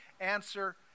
answer